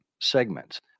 segments